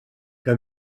que